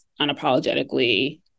unapologetically